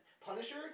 Punisher